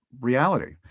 reality